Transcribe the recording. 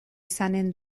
izanen